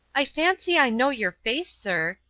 i fancy i know your face, sir,